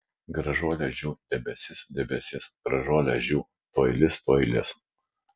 gražuole žiū debesis debesis gražuole žiū tuoj lis tuoj lis